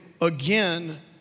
again